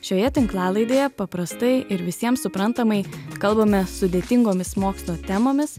šioje tinklalaidėje paprastai ir visiems suprantamai kalbame sudėtingomis mokslo temomis